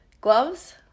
gloves